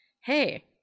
hey